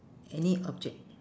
any object